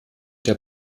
der